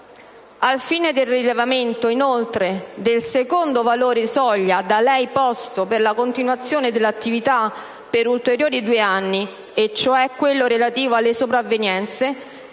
Al fine del rilevamento, inoltre, del secondo valore soglia da lei posto per la continuazione dell'attività per ulteriori due anni, cioè quello relativo alle sopravvenienze,